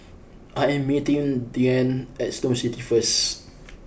I am meeting Deann at Snow City first